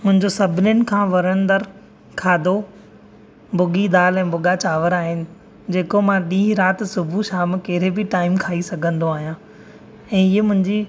मुंहिंजो सभिनीनि खां वणंदड़ु खाधो भुगी दालि ऐं भुगा चांवर आहिनि जेको मां ॾींहुं राति सुबुह शाम कहिड़े बि टाइम खाइ सघंदो आहिया ऐं हीअ मुंहिंजी